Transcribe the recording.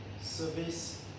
service